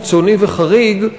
קיצוני וחריג,